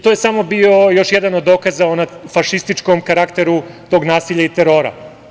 To je samo bio još jedan od dokaza onom fašističkom karakteru tog nasilja i terora.